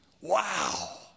Wow